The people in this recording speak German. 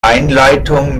einleitung